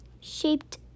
shaped